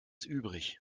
übrig